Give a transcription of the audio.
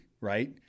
right